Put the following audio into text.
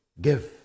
give